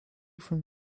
from